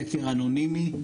סקר אנונימי,